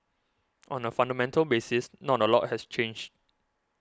on a fundamental basis not a lot has changed